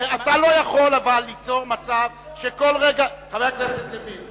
חבר הכנסת לוין,